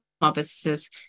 businesses